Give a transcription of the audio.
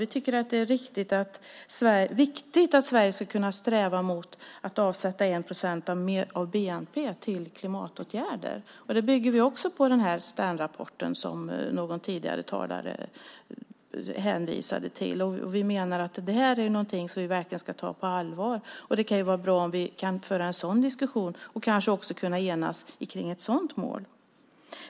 Vi tycker att det är viktigt att Sverige ska kunna sträva mot att avsätta 1 procent av bnp till klimatåtgärder. Detta bygger vi på Sternrapporten, som någon tidigare talare hänvisade till. Vi menar att detta är någonting som vi verkligen ska ta på allvar. Det kan vara bra om vi kan föra en sådan diskussion och kanske också kan enas om ett sådant mål.